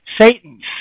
Satan's